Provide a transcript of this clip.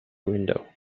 window